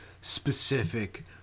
specific